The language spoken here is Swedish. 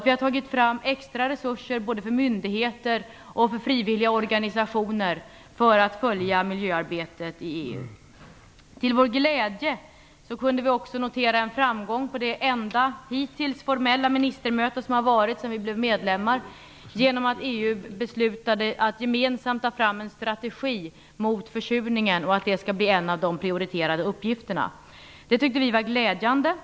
Vi har tagit fram extra resurser både för myndigheter och för frivilliga organisationer för att följa miljöarbetet i EU. Till vår glädje kunde vi notera en framgång på det hittills enda formella ministermöte som har ägt rum sedan vi blev medlemmar. EU beslutade nämligen att gemensamt ta fram en strategi mot försurningen och att det skall bli en av de prioriterade uppgifterna. Det tyckte vi var glädjande.